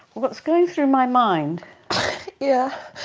what's going through my mind yeah